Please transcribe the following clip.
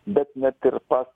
bet net ir pas